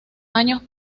años